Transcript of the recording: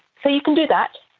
so you can do that,